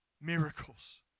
miracles